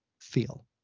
feel